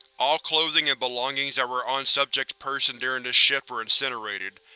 all clothing and belongings that were on subject's person during this shift were incinerated,